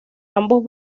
ambos